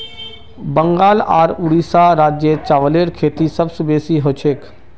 बंगाल आर उड़ीसा राज्यत चावलेर खेती सबस बेसी हछेक